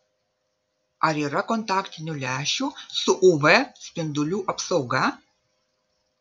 ar yra kontaktinių lęšių su uv spindulių apsauga